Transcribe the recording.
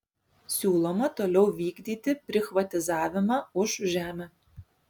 siūloma toliau vykdyti prichvatizavimą už žemę